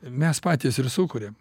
mes patys ir sukuriam